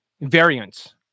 variants